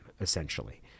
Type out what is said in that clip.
essentially